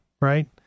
right